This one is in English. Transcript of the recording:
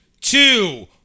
two